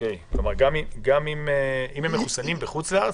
גם אם הם מחוסנים בחו"ל?